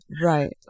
Right